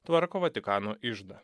tvarko vatikano iždą